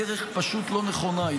הדרך פשוט לא נכונה.